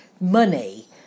money